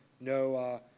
No